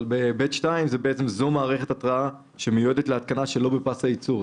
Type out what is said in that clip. ב-(ב)(2) זו מערכת התרעה שמיועדת להתקנה שלא בפס הייצור.